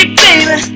baby